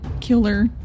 killer